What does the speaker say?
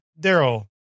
Daryl